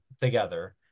together